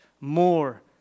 more